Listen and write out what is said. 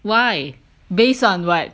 why based on what